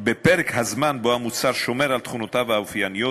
בפרק הזמן שבו המוצר שומר על תכוניותיו האופייניות,